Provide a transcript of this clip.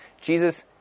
Jesus